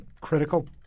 critical